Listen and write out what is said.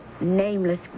nameless